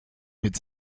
mit